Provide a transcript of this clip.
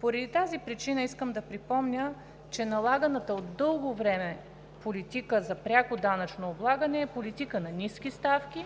Поради тази причина искам да припомня, че налаганата от дълго време политика за пряко данъчно облагане е политика на ниски ставки